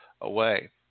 away